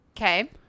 okay